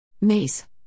Mace